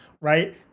right